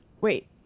Wait